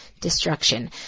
destruction